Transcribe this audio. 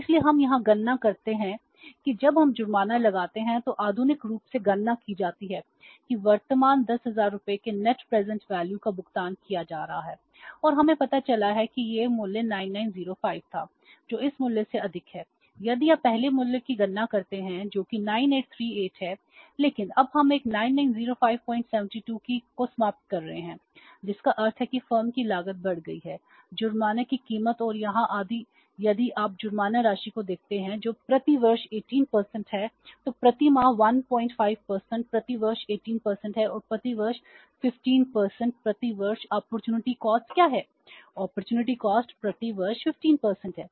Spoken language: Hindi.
इसलिए हम यहां गणना करते हैं कि जब हम जुर्माना लगाते हैं तो आधुनिक रूप से गणना की जाती है कि वर्तमान 10000 रुपये के नेट प्रेजेंट वैल्यू प्रति वर्ष 15 है